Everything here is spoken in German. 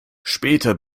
später